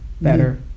better